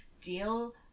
deal